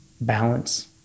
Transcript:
balance